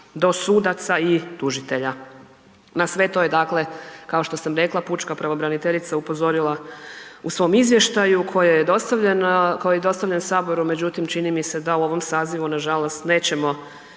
do sudaca i tužitelja. Na sve to je kao što sam rekla, pučka pravobraniteljica upozorila u svom izvještaju koje je dostavljen Saboru, međutim čini mi se da u ovom sazivu nažalost nećemo